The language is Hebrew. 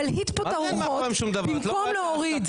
מלהיט פה את הרוחות במקום להוריד.